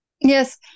Yes